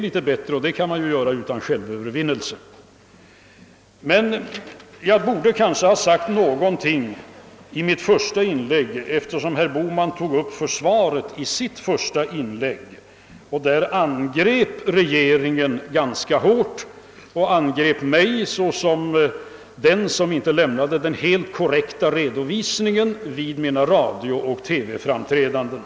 Jag borde kanske i mitt inledningsanförande ha sagt något om att herr Bohman i sitt första inlägg angrep regeringen ganska hårt och kritiserade mig för att inte ha lämnat en helt korrekt redovisning i mina radiooch TV-framträdanden.